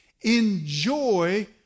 Enjoy